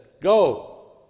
Go